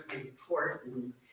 important